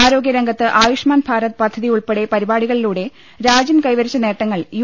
ആരോഗ്യരം ഗത്ത് ആയുഷ്മാൻ ഭാരത് പദ്ധതി ഉൾപ്പെടെ പരിപാടി കളിലൂടെ രാജ്യം കൈവരിച്ച നേട്ടങ്ങൾ യു